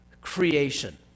creation